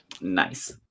Nice